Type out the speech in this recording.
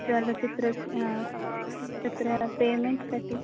चलनचित्रस्य तत्र पेमेण्ट् कति